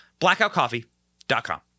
blackoutcoffee.com